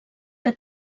que